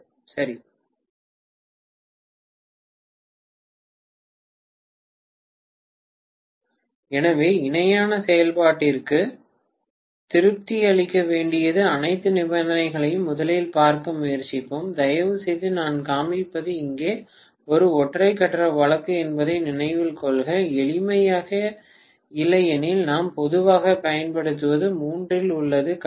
சரி எனவே இணையான செயல்பாட்டிற்கு திருப்தி அளிக்க வேண்டிய அனைத்து நிபந்தனைகளையும் முதலில் பார்க்க முயற்சிப்போம் தயவுசெய்து நான் காண்பிப்பது இங்கே ஒரு ஒற்றை கட்ட வழக்கு என்பதை நினைவில் கொள்க எளிமைக்காக இல்லையெனில் நாம் பொதுவாக பயன்படுத்துவது மூன்றில் உள்ளது கட்டம்